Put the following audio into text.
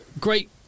great